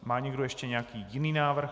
Má někdo ještě nějaký jiný návrh?